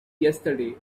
yesterday